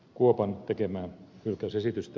kuopan tekemää hylkäysesitystä